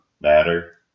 batter